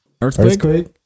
Earthquake